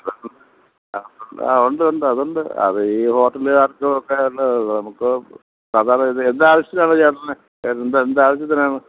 അ ഉണ്ടുണ്ട് അതൊണ്ട് അത് ഈ ഹോട്ടലുകാർക്ക് ഒക്കേ നമുക്കും സാധാരണ ഇത് എന്താവശ്യത്തിനാണ് ചേട്ടന് എന്ത് എന്ത് ആവശ്യത്തിനാണ്